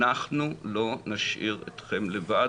אנחנו לא נשאיר אתכם לבד